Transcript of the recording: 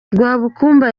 rwabukumba